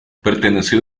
perteneció